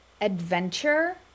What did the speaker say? adventure